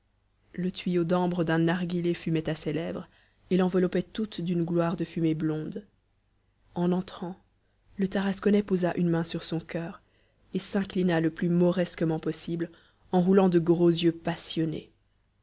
le tuyau d'ambre d'un narghilé fumait à ses lèvres et l'enveloppait toute d'une gloire de fumée blonde en entrant le tarasconnais posa une main sur son coeur et s'inclina le plus mauresquement possible en roulant de gros yeux passionnés